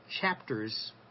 chapters